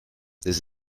this